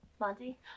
Monty